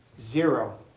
Zero